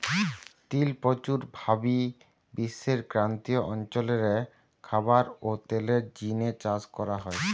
তিল প্রচুর ভাবি বিশ্বের ক্রান্তীয় অঞ্চল রে খাবার ও তেলের জিনে চাষ করা হয়